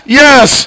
yes